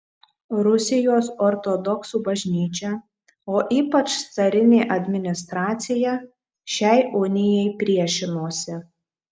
rusijos ortodoksų bažnyčia o ypač carinė administracija šiai unijai priešinosi